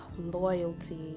loyalty